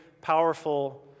powerful